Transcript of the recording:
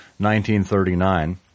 1939